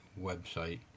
website